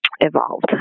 evolved